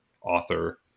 author